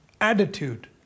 attitude